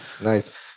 Nice